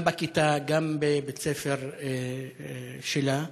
בכיתה, גם בבית-הספר שלה.